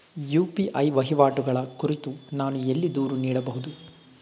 UPI ವಹಿವಾಟುಗಳ ಕುರಿತು ನಾನು ಎಲ್ಲಿ ದೂರು ನೀಡಬಹುದು?